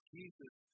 Jesus